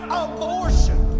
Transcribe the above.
abortion